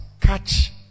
catch